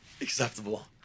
Acceptable